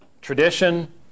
tradition